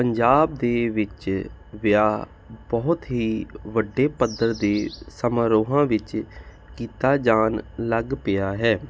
ਪੰਜਾਬ ਦੇ ਵਿੱਚ ਵਿਆਹ ਬਹੁਤ ਹੀ ਵੱਡੇ ਪੱਧਰ ਦੇ ਸਮਾਰੋਹਾਂ ਵਿੱਚ ਕੀਤਾ ਜਾਣ ਲੱਗ ਪਿਆ ਹੈ